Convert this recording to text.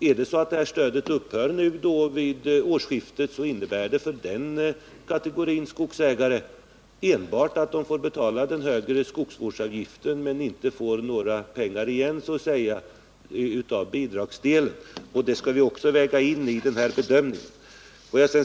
Ärdet så att stödet upphör vid årsskiftet innebär det för den här kategorin skogsägare enbart att de får betala den högre skogsvårdsavgiften men inte får några pengar igen så att säga av bidragsdelen. Detta kommer vi också att väga in i bedömningen.